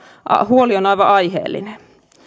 huoli on aivan aiheellinen